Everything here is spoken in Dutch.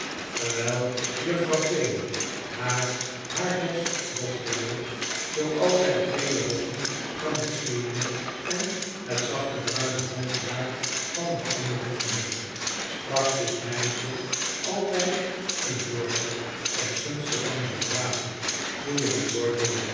terwijl juffrouw payne haar haardos borstelde zooals zij de gele lokken van de eene en het zachte bruine hoofdhaar van de andere noemde sprak dit meisje altijd een woordje ten gunste van dien braven